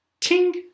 ting